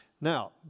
Now